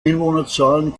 einwohnerzahlen